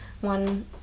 one